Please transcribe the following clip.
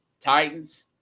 Titans